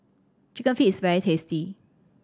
Chicken Feet is very tasty